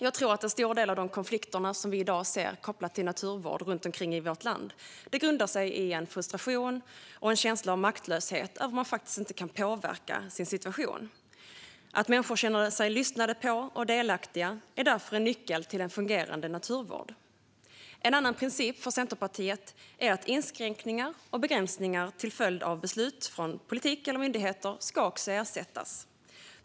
Jag tror att en stor del av de konflikter som vi i dag ser kopplat till naturvård runt omkring i vårt land grundar sig i frustration och en känsla av maktlöshet över att man inte kan påverka sin situation. Att människor känner sig lyssnade på och delaktiga är därför nycklar till en fungerande naturvård. En annan viktig princip för Centerpartiet är att inskränkningar och begränsningar till följd av beslut från politiker eller myndigheter ska ersättas.